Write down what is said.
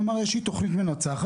הוא אמר שיש לו תוכנית מנצחת,